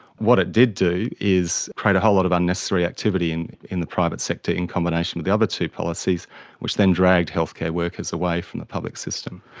what it did do is create a whole lot of unnecessary activity in in the private sector in combination with the other two policies which then dragged healthcare workers away from the public system.